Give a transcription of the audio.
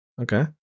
okay